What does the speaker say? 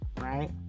right